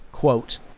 Quote